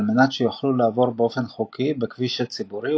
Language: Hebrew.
על מנת שיוכלו לעבור באופן חוקי בכביש הציבורי,